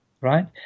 right